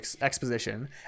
exposition